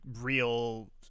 real